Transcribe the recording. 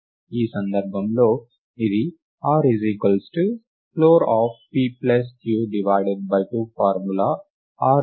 ఈ సందర్భంలో ఇది r ఫ్లోర్pq2 ఫార్ములాr ద్వారా ఇవ్వబడిన సూచికను గణిస్తుంది